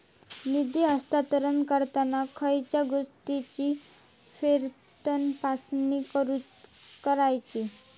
निधी हस्तांतरण करताना खयच्या गोष्टींची फेरतपासणी करायची?